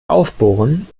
aufbohren